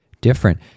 different